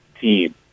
team